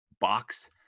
box